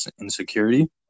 insecurity